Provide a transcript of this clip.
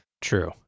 true